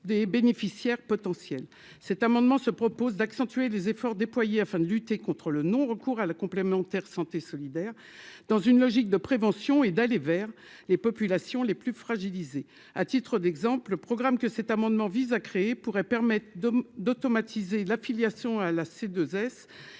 des bénéficiaires potentiels cet amendement se propose d'accentuer les efforts déployés afin de lutter contre le non-recours à la complémentaire santé solidaire dans une logique de prévention et d'aller vers les populations les plus fragilisées à titre d'exemple, le programme que cet amendement vise à créer, pourrait permettre d'automatiser la filiation à là c'est